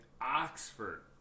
Oxford